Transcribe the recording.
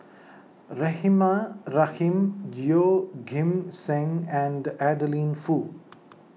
Rahimah Rahim Yeoh Ghim Seng and Adeline Foo